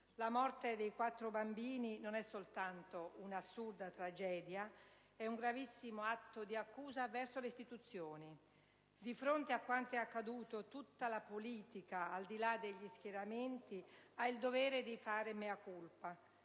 La morte dei quattro bambini non è soltanto una assurda tragedia, ma è un gravissimo atto di accusa verso le istituzioni. Di fronte a quanto è accaduto tutta la politica, al di là degli schieramenti, ha il dovere di fare *mea culpa*,